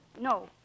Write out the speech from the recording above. No